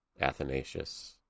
Athanasius